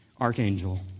Archangel